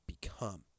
become